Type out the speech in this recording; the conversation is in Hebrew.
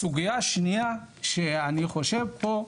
הסוגייה השנייה שאני חושב פה,